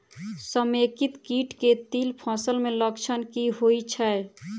समेकित कीट केँ तिल फसल मे लक्षण की होइ छै?